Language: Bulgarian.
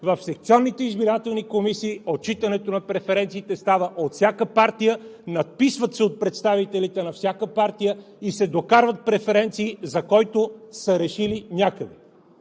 в секционните избирателни комисии отчитането на преференциите става от всяка партия, надписват се от представителите на всяка партия и се докарват преференции, за когото са решили някъде.